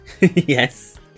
yes